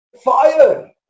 fire